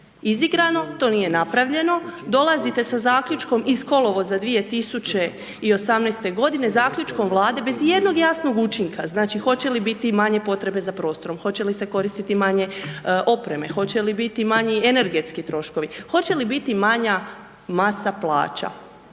izigrano, to nije napravljeno. Dolazite sa zaključkom iz kolovoza 2018. godine zaključkom Vlade bez i jednog jasnog učinka. Znači, hoće li biti manje potrebe za prostorom, hoće li se koristiti manje opreme, hoće li biti manji energetski troškovi, hoće li biti manja masa plaća.